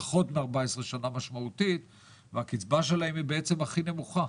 פחות מ-14 שנים והקצבה שלהם היא בעצם הכי נמוכה.